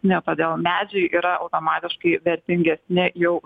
ne todėl medžiai yra automatiškai vertingi ne jau